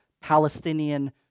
Palestinian